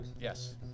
Yes